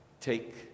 take